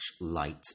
Light